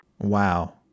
Wow